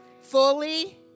fully